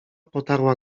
potarła